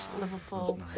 Liverpool